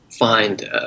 find